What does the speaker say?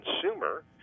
consumer